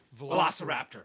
Velociraptor